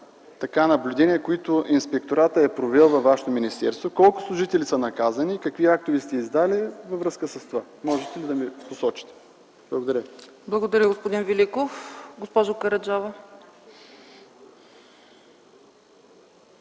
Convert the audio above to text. на наблюдения, които Инспектората е провел във вашето министерство, колко служители са наказани, какви актове са издадени във връзка с това? Можете ли да ми посочите? Благодаря ви. ПРЕДСЕДАТЕЛ ЦЕЦКА ЦАЧЕВА: Благодаря, господин Великов. Госпожо Караджова,